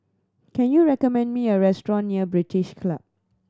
can you recommend me a restaurant near British Club